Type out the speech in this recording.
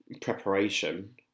preparation